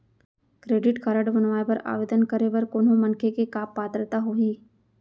Credit card बनवाए बर आवेदन करे बर कोनो मनखे के का पात्रता होही?